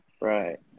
Right